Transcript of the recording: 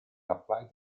applied